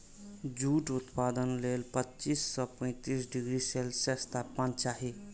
jute उत्पादन लेल पच्चीस सं पैंतीस डिग्री सेल्सियस तापमान चाही